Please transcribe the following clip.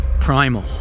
primal